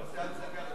אני בשקט.